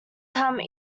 come